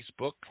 Facebook